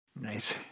Nice